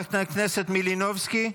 חברת הכנסת מלינובסקי,